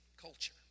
culture